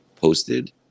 posted